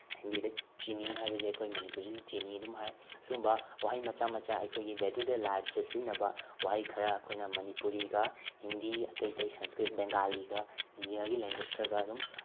ꯍꯤꯟꯗꯤꯗ ꯆꯤꯅꯤ ꯍꯥꯏꯕꯁꯤ ꯑꯩꯈꯣꯏ ꯃꯅꯤꯄꯨꯔꯤꯗꯁꯨ ꯆꯤꯅꯤ ꯑꯗꯨꯝ ꯍꯥꯏ ꯁꯤꯒꯨꯝꯕ ꯋꯥꯍꯩ ꯃꯆꯥ ꯃꯆꯥ ꯑꯩꯈꯣꯏꯒꯤ ꯗꯦ ꯇꯨ ꯗꯦ ꯂꯥꯏꯞꯇ ꯁꯤꯖꯤꯟꯅꯕ ꯋꯥꯍꯩ ꯈꯔ ꯑꯩꯈꯣꯏꯅ ꯃꯅꯤꯄꯨꯔꯤꯒ ꯍꯤꯟꯗꯤ ꯑꯇꯩ ꯑꯇꯩ ꯁꯪꯁꯀ꯭ꯔꯤꯠ ꯕꯦꯡꯒꯥꯂꯤꯒ ꯏꯟꯗꯤꯌꯥꯒꯤ ꯂꯦꯡꯒ꯭ꯋꯦꯁ ꯈꯔꯒ ꯑꯗꯨꯝ